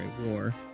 War